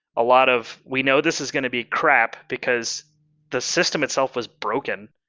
a lot of, we know this is going to be crap, because the system itself was broken.